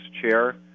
chair